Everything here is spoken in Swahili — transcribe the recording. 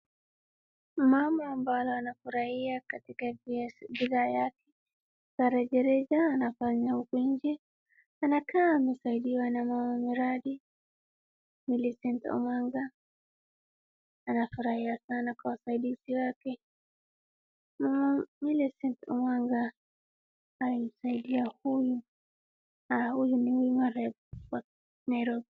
Mama ambaye amefurahia na bidhaa yake za rehareja anafanya huku nje, anakaa amesaidiwa na mama mradi Milicent Omanga anafurahia sana kwa usaidizi wake, huyu ni women rep wa Nairobi.